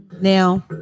Now